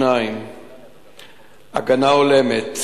2. הגנה הולמת,